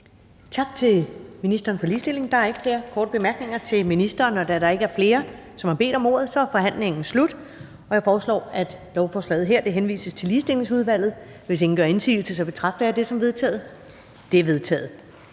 Tak til ministeren for ligestilling. Der er ikke flere korte bemærkninger til ministeren. Da der ikke er flere, som har bedt om ordet, er forhandlingen sluttet. Jeg foreslår, at lovforslaget her henvises til Ligestillingsudvalget. Hvis ingen gør indsigelse, betragter jeg det som vedtaget. Det er vedtaget.